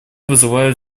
вызывает